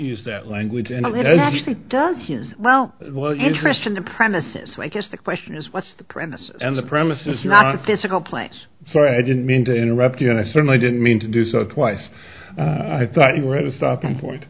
use that language and it doesn't well well interest in the premises so i guess the question is what's the premises and the premises not physical place sorry i didn't mean to interrupt you and i certainly didn't mean to do so twice i thought you were at a stopping point